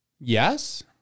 Yes